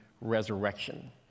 resurrection